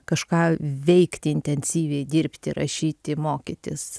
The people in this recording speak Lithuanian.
kažką veikti intensyviai dirbti rašyti mokytis